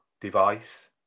device